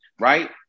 Right